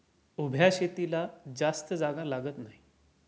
उभ्या शेतीला जास्त जागा लागत नाही